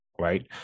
right